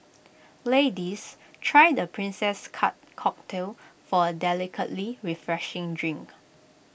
ladies try the princess cut cocktail for A delicately refreshing drink